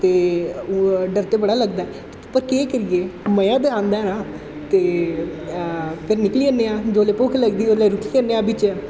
ते डर ते बड़ा लगदा ऐ पर केह् करिये मजा ते औंदा ऐ ना ते फिर निकली जन्ने आं जेल्लै भुक्ख लगदी ओल्लै रुकी जन्ने आं बिच्च